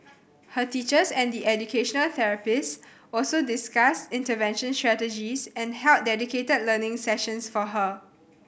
her teachers and the educational therapists also discussed intervention strategies and held dedicated learning sessions for her